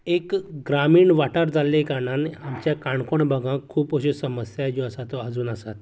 एक ग्रामीण वाठार जाल्ले कारणान आमच्या काणकोण भागांत खूब अश्यो समस्या ज्यो आसा त्यो अजून आसात